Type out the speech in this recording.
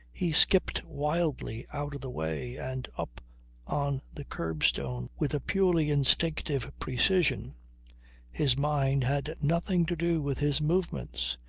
he skipped wildly out of the way and up on the curbstone with a purely instinctive precision his mind had nothing to do with his movements.